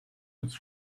hits